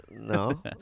No